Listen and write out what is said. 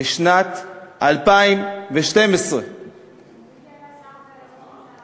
לשנת 2012. מי היה ראש הממשלה?